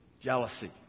Jealousy